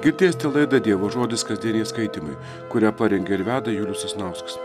girdėsite laidą dievo žodis kasdieniai skaitymai kurią parengė ir veda julius sasnauskas